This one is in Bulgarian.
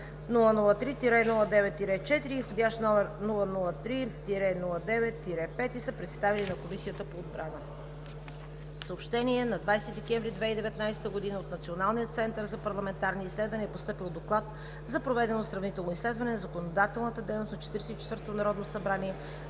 003-09-4 и 003-09-5 и са представени на Комисията по отбрана. 4. На 20 декември 2019 г. от Националния център за парламентарни изследвания е постъпил Доклад за проведено сравнително изследване на законодателната дейност на 44-тото народно събрание